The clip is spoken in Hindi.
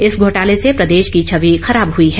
इस घोटाले से प्रदेश की छवि खराब हुई है